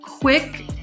quick